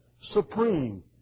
supreme